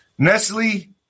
Nestle